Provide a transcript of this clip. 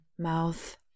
Mouth